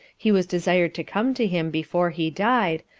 he was desired to come to him before he died,